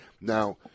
Now